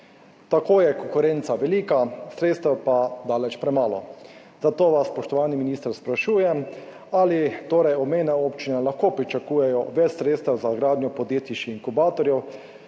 Tako je konkurenca velika, sredstev pa daleč premalo. Zato vas, spoštovani minister, sprašujem: Ali obmejne občine lahko pričakujejo več sredstev za gradnjo podjetniških inkubatorjev?